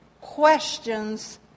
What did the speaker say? questions